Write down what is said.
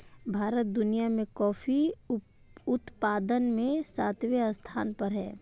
भारत दुनिया में कॉफी उत्पादन में सातवें स्थान पर है